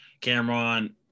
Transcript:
Cameron